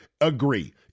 agree